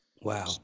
wow